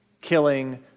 killing